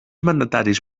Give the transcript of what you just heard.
mandataris